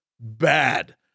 bad